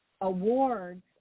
awards